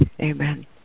Amen